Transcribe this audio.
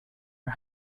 her